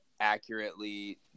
accurately